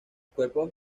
cuerpos